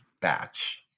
batch